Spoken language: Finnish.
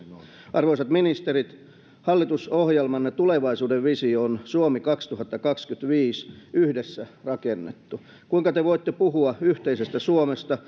arvoisat ministerit hallitusohjelmanne tulevaisuuden visio on suomi kaksituhattakaksikymmentäviisi yhdessä rakennettu kuinka te voitte puhua yhteisestä suomesta